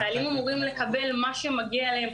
חיילים אמורים לקבל מה שמגיע להם.